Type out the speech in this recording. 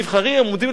הם עומדים לבחירות,